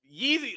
Yeezy